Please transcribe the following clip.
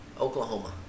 Oklahoma